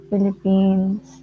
Philippines